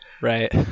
Right